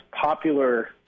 popular